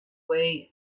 way